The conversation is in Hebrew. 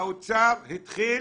האוצר התחיל